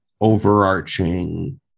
overarching